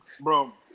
Bro